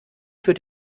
für